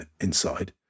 inside